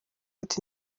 ati